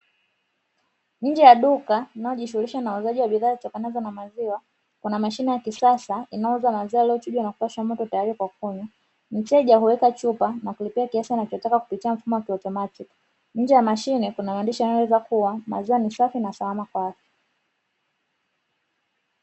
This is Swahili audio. Nje ya duka linalojishughulisha na uuzaji wa bidhaa zitakazo na maziwa kuna mashine ya kisasa inayouza maziwa yaliyochujwa na kupashwa moto tayari kwa kunywa, mteja huweka chupa na kulipia kiasi anachotaka kupitia mfumo wa kiautamatiki, nje ya mashine kuna maandishi yanayoeleza kuwa maziwa ni safi na salama kwa afya.